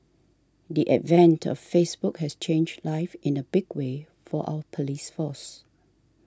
the advent of Facebook has changed life in a big way for our police force